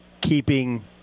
keeping